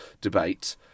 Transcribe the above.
debate